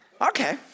Okay